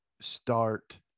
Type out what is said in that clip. start